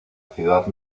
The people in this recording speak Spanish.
ciudad